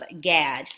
Gad